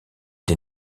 des